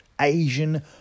Asian